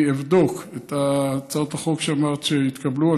אני אבדוק את הצעת החוק שאמרת שהתקבלה.